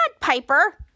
Piper